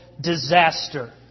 disaster